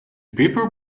paper